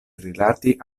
rilati